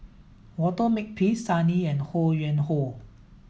Walter Makepeace Sun Yee and Ho Yuen Hoe